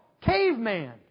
caveman